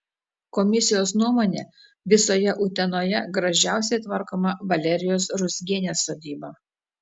komisijos nuomone visoje utenoje gražiausiai tvarkoma valerijos ruzgienės sodyba